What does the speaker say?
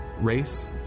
race